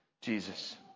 Jesus